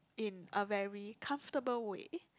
in a very comfortable way